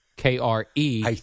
K-R-E